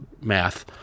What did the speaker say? math